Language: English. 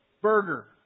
burger